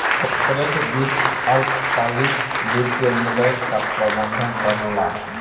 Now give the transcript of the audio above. corporate वित्त अल्पकालिक वित्तीय निर्णय क प्रबंधन करला